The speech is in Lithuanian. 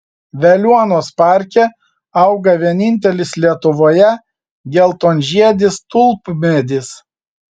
veliuonos parke auga vienintelis lietuvoje geltonžiedis tulpmedis